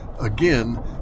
again